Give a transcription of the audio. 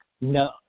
No